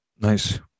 Nice